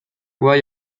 bai